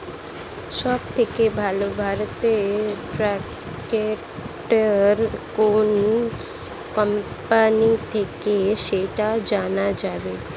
সবথেকে ভালো জাতের ট্রাক্টর কোন কোম্পানি থেকে সেটা জানা যাবে?